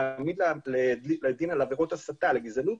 להעמיד לדין על עבירות הסתה לגזענות